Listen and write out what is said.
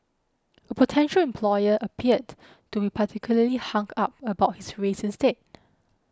a potential employer appeared to be particularly hung up about his race instead